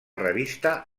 revista